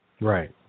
Right